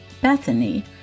Bethany